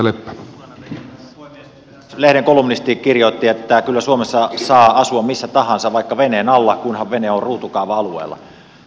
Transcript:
eräs lehden kolumnisti kirjoitti että kyllä suomessa saa asua missä tahansa vaikka veneen alla kunhan vene on ruutukaava alueella